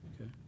okay